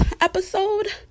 episode